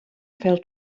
fell